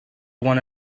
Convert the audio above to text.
one